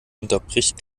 unterbricht